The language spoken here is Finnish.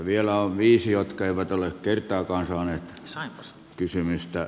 vielä on viisi jotka eivät ole kertaakaan saaneet kysymystä